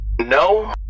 No